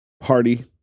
party